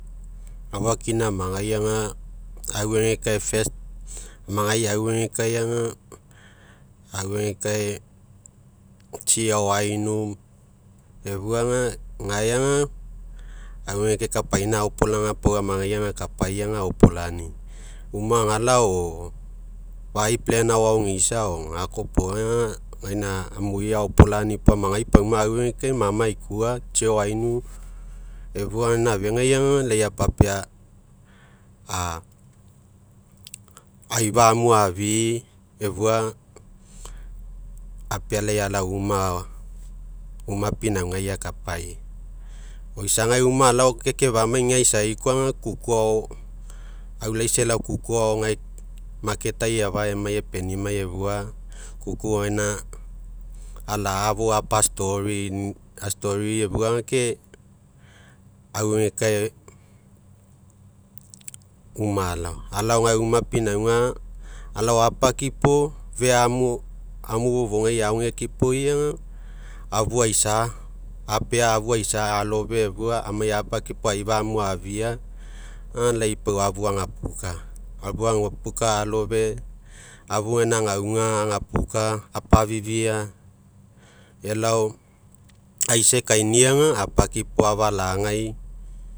Aufakina amagai aga, auegekae amagai aue gekaega, auegekae tsi agao ainu, afuaga, gaeaga aueugekae kapaina aopolaga, apu amagai agakapai aopolani'i. Uma agalao o, fai agao aogeisa o, gakoa opoga'a, gaina amui aoplani'i puo amagai pauma auege kae, mamai aikua, tsi agao ainu, efua gaina afegaiga, lai apapea aifa amu, afi'i efua, apealai alao uma, uma pinaugai akapai, o isagai uma alao, ke ekefa'amai aisai koa kukuagao aulaisa elao kukuagao gai ai eafa emai epenimai efua, kuku gaina ala'a, fou apa'a efua gai ke auegekae uma alao, alao gae uma pinauga, alao apakipo, fea amu, amu fofougai aogeki poi- ga, afu aisa, apea afu aisa alofe afua amai apakipo aifa amuafia, ga lai pau afu agapuka, afu agapuka, afu agapuka alofe, afa gaina agauga, agapuka apafifia, elao aisa ekainiaga akakipo afalagai.